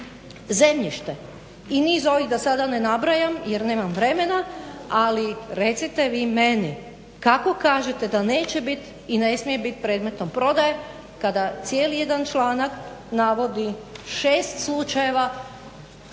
zemljište i niz ovih da sada ne nabrajam jer nemam vremena. Ali recite vi meni kako kažete da neće bit i ne smije bit predmetom prodaje kada cijeli jedan članak navodi 6 slučajeva nepoznatog